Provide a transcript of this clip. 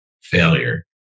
Failure